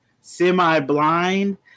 semi-blind